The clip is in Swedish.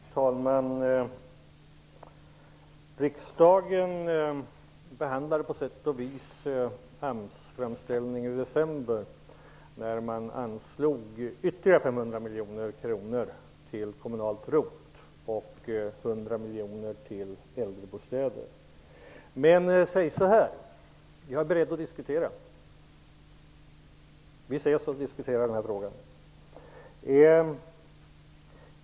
Herr talman! Riksdagen behandlade på sätt och vis Jag är beredd att diskutera detta. Vi ses alltså för att diskutera den här frågan.